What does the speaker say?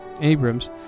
abrams